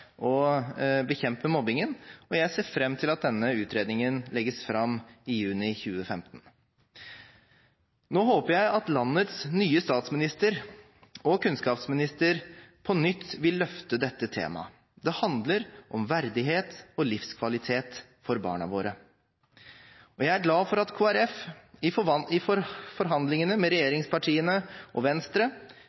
og bekjempe mobbingen, og jeg ser fram til at denne utredningen legges fram i juni 2015. Nå håper jeg at landets nye statsminister og kunnskapsminister på nytt vil løfte dette temaet. Det handler om verdighet og livskvalitet for barna våre. Jeg er glad for at Kristelig Folkeparti i forhandlingene med regjeringspartiene og Venstre